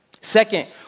Second